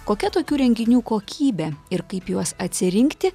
kokia tokių renginių kokybė ir kaip juos atsirinkti